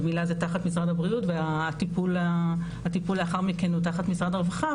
הגמילה זה תחת משרד הבריאות והטיפול לאחר מכן הוא תחת משרד הרווחה.